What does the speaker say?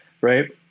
right